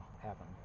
happen